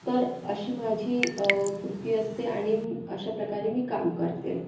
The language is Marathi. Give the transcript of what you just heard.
तर अशी माझी कृती असते आणि अशा प्रकारे मी काम करते